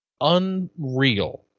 Unreal